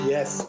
Yes